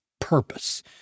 purpose